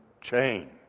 chain